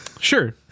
Sure